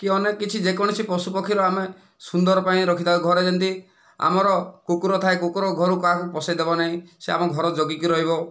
କି ଅନ୍ୟ କିଛି ଯେକୌଣସି ପଶୁ ପକ୍ଷୀର ଆମେ ସୁନ୍ଦର ପାଇଁ ରଖିଥାଉ ଘରେ ଯେମିତି ଆମର କୁକୁର ଥାଏ କୁକୁର ଘରେ କାହାକୁ ପଶେଇଦେବ ନାହିଁ ସେ ଆମ ଘର ଜଗିକି ରହିବ